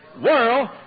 world